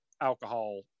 alcohol